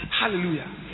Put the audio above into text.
Hallelujah